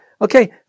Okay